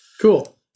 Cool